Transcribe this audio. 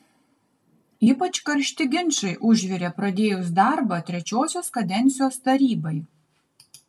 ypač karšti ginčai užvirė pradėjus darbą trečiosios kadencijos tarybai